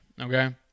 Okay